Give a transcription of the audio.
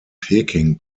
peking